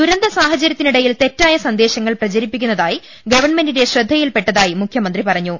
ദുരന്ത സാഹചര്യത്തിനിടയിൽ തെറ്റായ സ്ന്ദേശങ്ങൾ പ്രചരി പ്പിക്കുന്നതായി ഗവൺമെന്റിന്റെ ശ്രദ്ധയിൽ പെട്ടതായി മുഖ്യമന്ത്രി പറഞ്ഞു